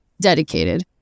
dedicated